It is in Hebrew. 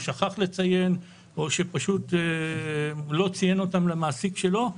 שכח לציין או שפשוט לא ציין אותם למעסיק שלו,